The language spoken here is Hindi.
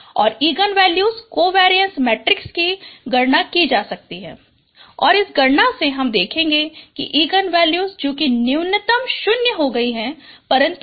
और इगन वैल्यूज कोवेरीएंस मेट्रिक्स की गणना की जा सकती है और इस गणना से हम देखेगे कि एक इगन वैल्यूज जो कि न्यूनतम 0 हो गयी है परन्तु अधिकतम 833238 है